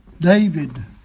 David